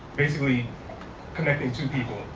basically connecting two people.